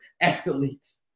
athletes